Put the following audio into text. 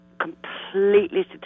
completely